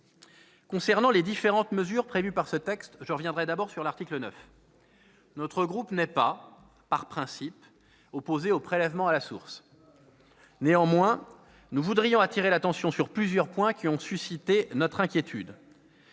Concernant les différentes mesures prévues par ce texte, je reviendrai d'abord sur l'article 9. Notre groupe n'est pas, par principe, opposé au prélèvement à la source. Néanmoins, nous voudrions attirer l'attention sur plusieurs points qui ont suscité notre inquiétude.